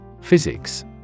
Physics